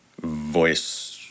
voice